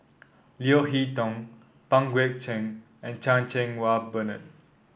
Leo Hee Tong Pang Guek Cheng and Chan Cheng Wah Bernard